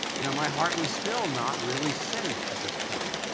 you know, my heart was still not really safe at this point.